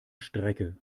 strecke